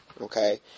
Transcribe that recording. okay